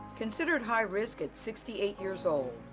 considered high-risk at sixty eight years old,